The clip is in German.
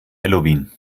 halloween